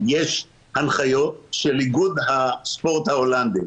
יש הנחיות של איגוד הספורט ההולנדי.